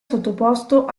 sottoposto